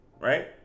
right